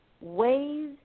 ways